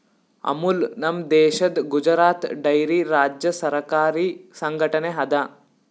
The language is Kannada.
ಅಮುಲ್ ನಮ್ ದೇಶದ್ ಗುಜರಾತ್ ಡೈರಿ ರಾಜ್ಯ ಸರಕಾರಿ ಸಂಘಟನೆ ಅದಾ